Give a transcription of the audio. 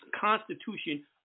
constitution